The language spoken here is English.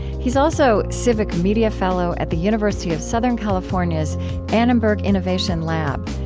he's also civic media fellow at the university of southern california's annenberg innovation lab.